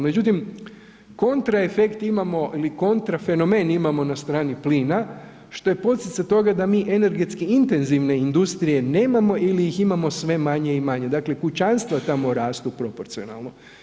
Međutim, kontra efekt imamo ili kontra fenomen imamo na strani plina, što je poticaj toga da mi energetski intenzivne industrije nemamo ili ih imamo sve manje i manje, dakle kućanstva tamo rastu proporcionalno.